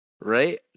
right